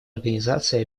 организации